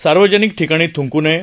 सार्वजनिक ठिकाणी थंक नये